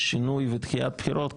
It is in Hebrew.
שינוי ודחיית בחירות,